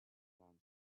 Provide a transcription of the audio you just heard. around